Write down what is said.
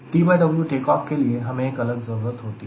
TW takeoff के लिए हमें एक अलग जरूरत होती है